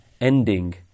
ending